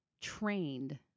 trained